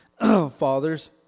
fathers